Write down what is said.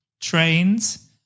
trains